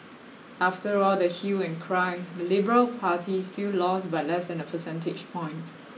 after all the hue and cry the liberal party still lost by less than a percentage point